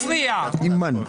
את היית איתנו כל הדיון.